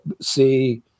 see